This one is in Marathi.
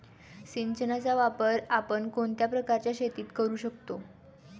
सिंचनाचा वापर आपण कोणत्या प्रकारच्या शेतीत करू शकतो?